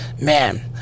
Man